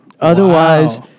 Otherwise